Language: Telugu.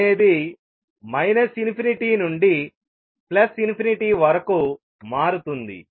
అనేది ∞ నుండి వరకు మారుతుంది